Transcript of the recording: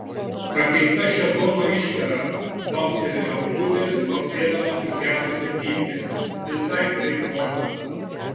prakeikta šėtono išpera bambtelėjo budelis papsėdamas užgesusią pypkę visai kaip motina